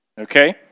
Okay